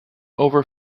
over